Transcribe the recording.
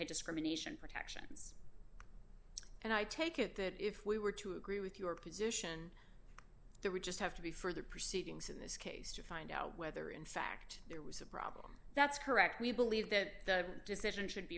discrimination protection and i take it that if we were to agree with your position the richest have to be further proceedings in this case to find out whether in fact there was a problem that's correct we believe that the decision should